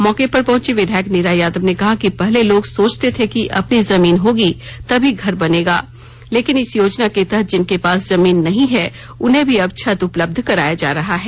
मौके पर पहुंची विधायक नीरा यादव ने कहा कि पहले लोग सोचते थे कि अपनी जमीन होगी तभी घर बनेगा लेकिन इस योजना के तहत जिनके पास जमीन नहीं है उन्हें भी अब छत उपलब्ध कराया जा रहा है